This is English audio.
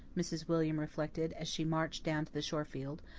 mrs. william reflected, as she marched down to the shore field.